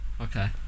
okay